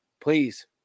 please